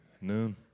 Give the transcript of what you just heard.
Noon